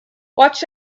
watch